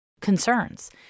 concerns